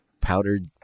powdered